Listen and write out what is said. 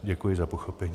Děkuji za pochopení.